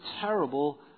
terrible